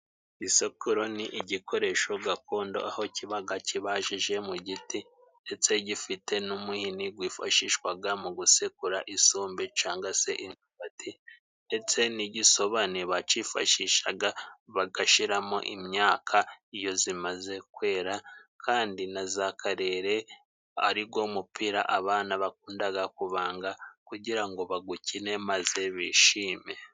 Isekururo ni igikoresho gakondo aho kibaga kibajije mu giti ndetse gifite n'umuhini gwifashishwaga mu gusekura isombe canga se imyumbati ndetse n'igisobanye bacyifashishaga bagashiramo imyaka iyo zimaze kwera kandi na za karere ari go mupira abana bakundaga kubangaga kugira ngo bagukine maze bishime.